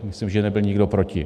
Myslím, že nebyl nikdo proti.